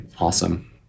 awesome